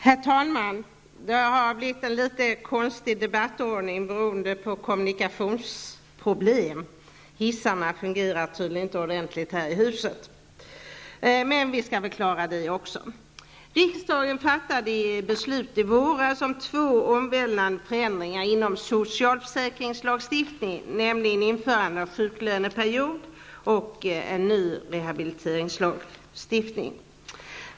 Herr talman! Debattordningen har blivit litet konstig beroende på kommunikationsproblem. Hissarna här i huset fungerar tydligen inte ordentligt. Men vi skall väl klara av det också. Riksdagen fattade beslut i våras om två omvälvande förändringar inom socialförsäkringslagstiftningen, nämligen införandet av en sjuklöneperiod samt en ny rehabiliteringslag.